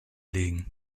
legen